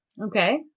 Okay